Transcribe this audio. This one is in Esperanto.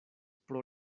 pro